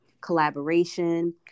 collaboration